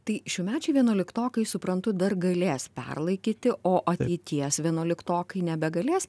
tai šiųmečiai vienuoliktokai suprantu dar galės perlaikyti o ateities vienuoliktokai nebegalės